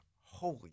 holy